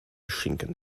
schinken